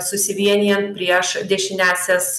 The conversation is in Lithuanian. susivienijant prieš dešiniąsias